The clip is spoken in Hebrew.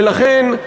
ולכן,